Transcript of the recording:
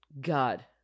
God